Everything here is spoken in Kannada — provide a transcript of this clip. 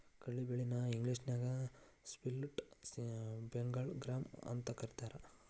ಕಡ್ಲಿ ಬ್ಯಾಳಿ ನ ಇಂಗ್ಲೇಷನ್ಯಾಗ ಸ್ಪ್ಲಿಟ್ ಬೆಂಗಾಳ್ ಗ್ರಾಂ ಅಂತಕರೇತಾರ